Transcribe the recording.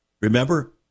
Remember